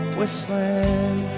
whistling